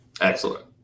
excellent